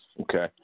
Okay